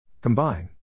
Combine